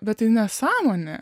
bet tai nesąmonė